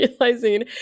realizing